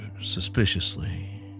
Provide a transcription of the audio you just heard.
suspiciously